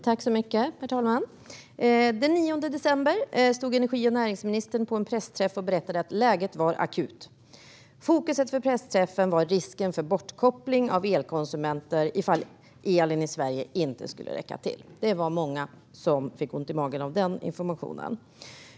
Herr talman! Den 9 december stod energi och näringsministern på en pressträff och berättade att läget var akut. Fokus för pressträffen var risken för bortkoppling av elkonsumenter ifall elen i Sverige inte skulle räcka till, och det var många som fick ont i magen av den informationen.